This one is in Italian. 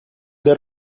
del